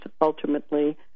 ultimately